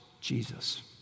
Jesus